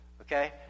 okay